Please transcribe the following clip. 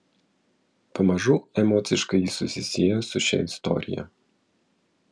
pamažu emociškai ji susisiejo su šia istorija